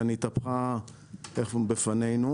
שכאן התהפכה בפנינו,